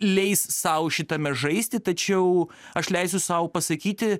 leis sau šitame žaisti tačiau aš leisiu sau pasakyti